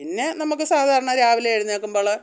പിന്നെ നമുക്ക് സാധാരണ രാവിലെ എഴുന്നേൽക്കുമ്പോൾ